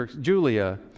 Julia